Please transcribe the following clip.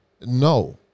No